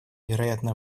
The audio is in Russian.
вероятно